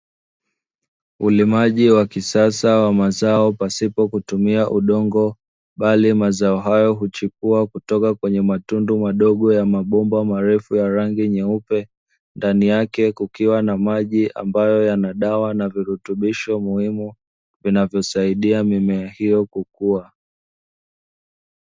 Ulimaji wa kisasa wa mazao pasipo kutumia udongo, bali mazao hayo huchipua kutoka kwenye matundu madogo ya mabomba marefu yenye rangi nyeupe. Ndani yake kukiwa na maji ambayo yana dawa na virutubisho muhimu vinavyosaidia mimea hiyo kukua.